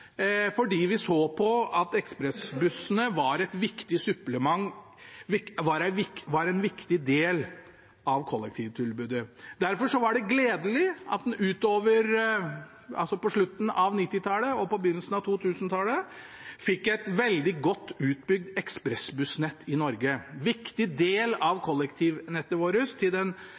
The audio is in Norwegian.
fordi vi så at ekspressbussene var et viktig supplement og en viktig del av kollektivtilbudet. Derfor var det gledelig at en på slutten av 1990-tallet og begynnelsen av 2000-tallet fikk et veldig godt utbygd ekspressbussnett i Norge, en viktig del av kollektivnettet vårt – den